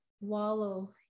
wallow